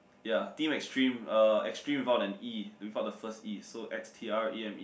ya team extreme uh extreme without an E without the first E so x_t_r_e_m_e